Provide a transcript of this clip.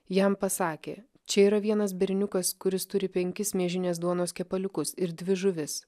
jam pasakė čia yra vienas berniukas kuris turi penkis miežinės duonos kepaliukus ir dvi žuvis